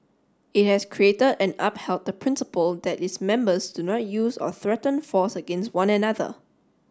it has created and upheld the principle that its members do not use or threaten force against one another